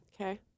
Okay